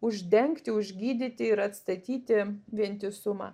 uždengti užgydyti ir atstatyti vientisumą